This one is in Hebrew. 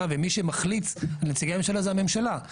ומי שמחליט על נציגי הממשלה זה הממשלה.